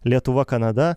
lietuva kanada